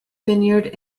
vineyard